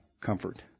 comfort